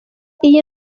iyi